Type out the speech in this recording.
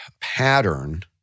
pattern